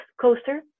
coaster